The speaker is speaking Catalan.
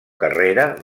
carrera